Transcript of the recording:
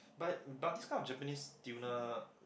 but but this kind of Japanese tuner